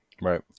Right